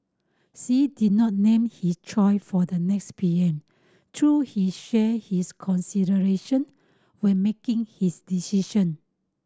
say did not name his choice for the next P M though he shared his considerations when making his decision